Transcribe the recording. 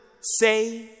Say